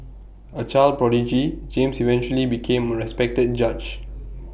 A child prodigy James eventually became A respected judge